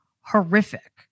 horrific